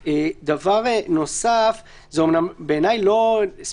הוא אדם חולה שנכנס לצורך קבלת טיפול."